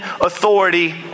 authority